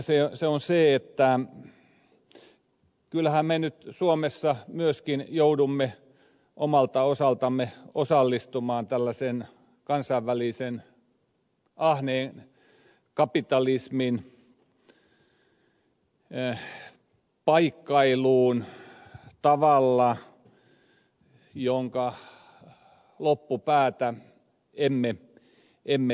se on se että kyllähän me nyt suomessa myöskin joudumme omalta osaltamme osallistumaan tällaisen kansainvälisen ahneen kapitalismin paikkailuun tavalla jonka loppupäätä emme tiedä